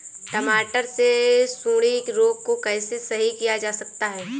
टमाटर से सुंडी रोग को कैसे सही किया जा सकता है?